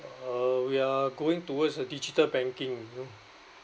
uh we are going towards the digital banking you know